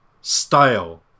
style